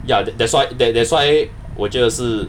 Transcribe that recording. ya that that's why that that's why 我觉得的是